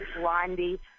Blondie